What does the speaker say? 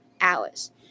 hours